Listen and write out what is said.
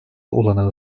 olanağı